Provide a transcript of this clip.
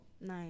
nice